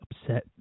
upset